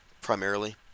primarily